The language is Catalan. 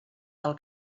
del